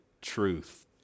truth